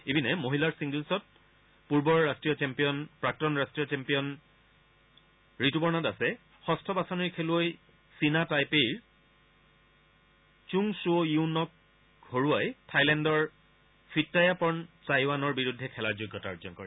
ইপিনে মহিলাৰ ছিংগলছত পূৰ্বৰ ৰাষ্ট্ৰীয় চেম্পিয়ন প্ৰাক্তন ৰাষ্ট্ৰীয় চেম্পিয়ন ঋতুপৰ্ণা দাসে ষষ্ঠ বাছনিৰ খেলুৱৈ চীনা টাইপেইৰ চুং খুঅ য়্যন হৰুৱাই থাইলেণ্ডৰ ফিট্টায়াপৰ্ণ চাইৱানৰ বিৰুদ্ধে খেলাৰ যোগ্যতা অৰ্জন কৰে